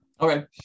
Okay